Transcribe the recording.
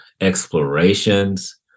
explorations